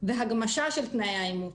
והגמשה של תנאי האימוץ.